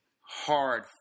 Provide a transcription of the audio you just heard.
hard